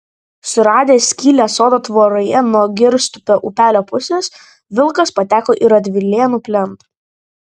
suradęs skylę sodo tvoroje nuo girstupio upelio pusės vilkas pateko į radvilėnų plentą